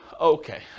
Okay